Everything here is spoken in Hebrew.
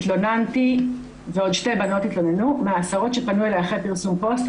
התלוננתי ועוד שתי בנות התלוננו מהעשרות שפנו אליי אחרי פרסום פוסט.